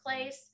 place